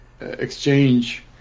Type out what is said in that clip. exchange